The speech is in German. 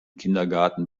kindergarten